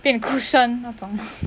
变 cushion 那种